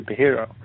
superhero